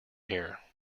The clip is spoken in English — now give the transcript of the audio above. here